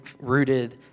rooted